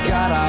God